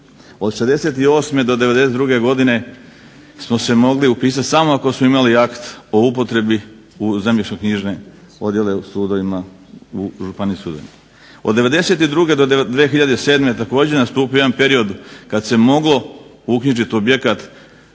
Od '68. do '92. smo se mogli upisati samo ako smo imali akt o upotrebi u zemljišno-knjižne odjele u sudovima, u županijskim sudovima. Od '92. do 2007. također je nastupio jedan period kad se moglo uknjižiti u objekat